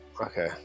okay